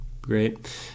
great